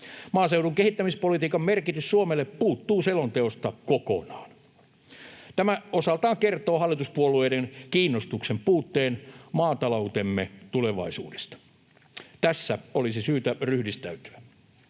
Maaseudun kehittämispolitiikan merkitys Suomelle puuttuu selonteosta kokonaan. Tämä osaltaan kertoo hallituspuolueiden kiinnostuksen puutteen maataloutemme tulevaisuudesta. Tässä olisi syytä ryhdistäytyä.